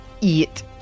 Eat